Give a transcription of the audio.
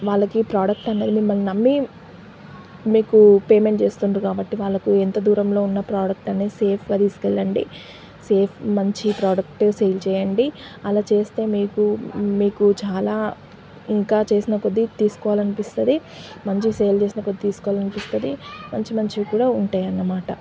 వాళ్ళకి ఈ ప్రాడక్ట్ అంటే మిమ్మల్ని నమ్మి మీకు పేమెంట్ చేస్తుండ్రు కాబట్టి వాళ్ళకు ఎంత దూరంలో ఉన్న ప్రాడక్ట్ అనేది సేఫ్గా తీసుకు వెళ్ళండి సేఫ్ మంచి ప్రాడక్ట్ సేల్ చేయండి అలా చేస్తే మీకు మీకు చాలా ఇంకా చేసిన కొద్ది తీసుకోవాలని అనిపిస్తుంది మంచిగా సేల్ చేసిన కొద్ది తీసుకోవాలని అనిపిస్తుంది మంచి మంచివి కూడా ఉంటాయి అన్నమాట